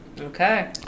Okay